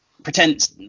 Pretend